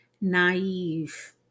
naive